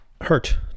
hurt